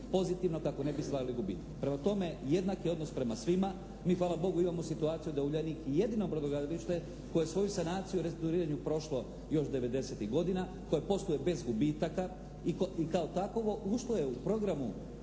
pozitivno, kako ne bi stvarali gubitke. Prema tome, jednak je odnos prema svima. Mi hvala Bogu imamo situaciju da "Uljanik" jedino brodogradilište koje je svoju sanaciju u restrukturiranju prošlo još 90-ih godina, koje posluje bez gubitaka i kao takovo ušlo je u programu